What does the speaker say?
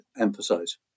emphasize